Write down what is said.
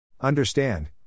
Understand